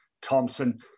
Thompson